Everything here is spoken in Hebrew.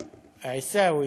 (אומר בערבית: מה שנכון, עיסאווי,